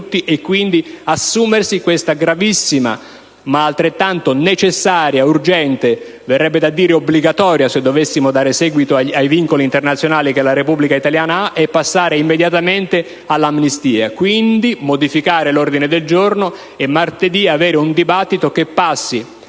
e quindi assumere questa gravissima, ma altrettanto necessaria e urgente decisione (verrebbe da dire obbligatoria, se dovessimo dare seguito ai vincoli internazionali che la Repubblica italiana ha), passando immediatamente all'amnistia. Occorre quindi modificare l'ordine del giorno e fare martedì un dibattito che passi